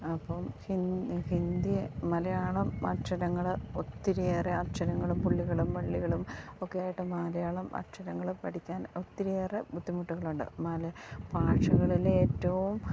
അപ്പം ഹിന്ദി ഹിന്ദി മലയാളം അക്ഷരങ്ങൾ ഒത്തിരിയേറെ അക്ഷരങ്ങളും പുള്ളികളും വള്ളികളും ഒക്കെയായിട്ട് മലയാളം അക്ഷരങ്ങൾ പഠിക്കാൻ ഒത്തിരിയേറെ ബുദ്ധിമുട്ടുകളുണ്ട് നാല് ഭാഷകളിലേറ്റവും